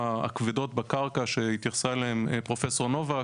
הכבודות בקרקע שהתייחסה אליהם פרופסור נובק,